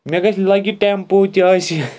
مےٚ گَژھِ لَگہِ ٹیٚمپُو تہِ